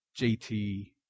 jt